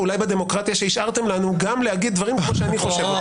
כי אולי בדמוקרטיה שהשארתם לנו אני יודע גם להגיד דברים כמו שאני חושב.